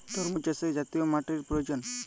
তরমুজ চাষে কি জাতীয় মাটির প্রয়োজন?